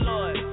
Lord